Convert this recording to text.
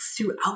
throughout